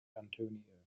antonio